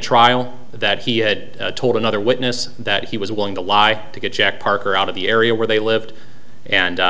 trial that he had told another witness that he was willing to lie to get jack parker out of the area where they lived and